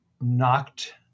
knocked